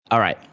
all right,